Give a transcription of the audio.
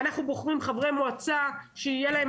אנחנו בוחרים חברי מועצה שתהיה להם